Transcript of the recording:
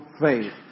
faith